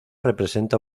representa